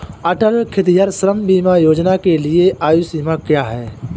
अटल खेतिहर श्रम बीमा योजना के लिए आयु सीमा क्या है?